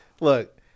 look